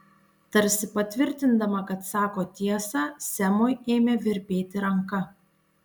tarsi patvirtindama kad sako tiesą semui ėmė virpėti ranka